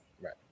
Right